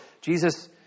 Jesus